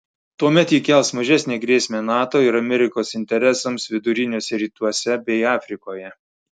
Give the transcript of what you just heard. tuomet ji kels mažesnę grėsmę nato ir amerikos interesams viduriniuose rytuose bei afrikoje